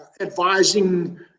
advising